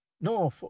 No